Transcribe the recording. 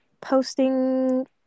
posting